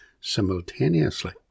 simultaneously